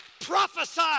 prophesy